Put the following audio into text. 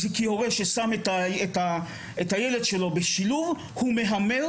כי הורה ששם את הילד שלו בשילוב מהמר